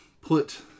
put